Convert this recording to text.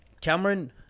Cameron